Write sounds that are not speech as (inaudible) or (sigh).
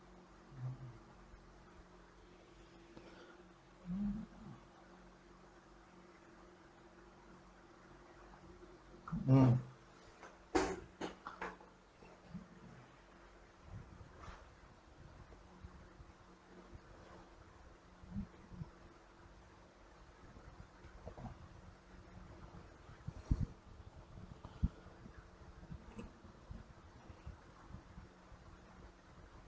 (noise) mm mm